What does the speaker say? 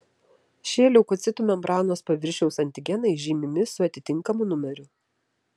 šie leukocitų membranos paviršiaus antigenai žymimi su atitinkamu numeriu